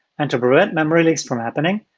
and to prevent memory leaks from happening,